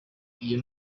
iyo